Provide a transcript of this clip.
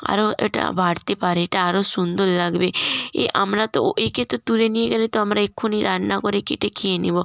আরও এটা বাড়তে পারে এটা আরও সুন্দর লাগবে এ আমরা তো ও একে তো তুলে নিয়ে গেলে তো আমরা এক্ষুণি রান্না করে কেটে খেয়ে নেবো